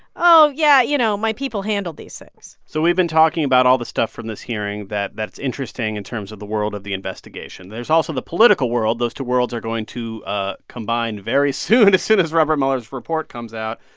oh, yeah. you know, my people handled these things so we've been talking about all this stuff from this hearing that's interesting in terms of the world of the investigation. there's also the political world. those two worlds are going to ah combine very soon as soon as robert mueller's report comes out.